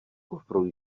kufru